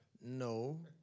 No